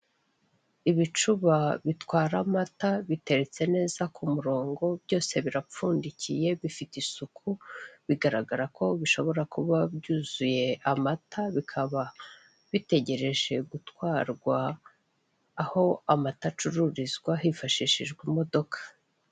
Ibicuba bitwara amata biteretse neza ku murongo byose birapfundikiye bifite isuku, bigaragara ko bishobra kuba byuzuye amata, bikaba bitegereje gutwarwa aho amata acururizwa hifashishijwe imodoka.